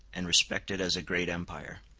and respected as a great empire.